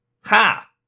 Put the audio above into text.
Ha